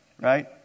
Right